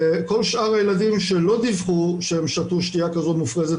כל שאר הילדים שלא דיווחו שהם שתו שתייה כזאת מופרזת